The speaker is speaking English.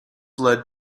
led